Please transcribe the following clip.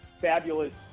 fabulous